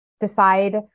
decide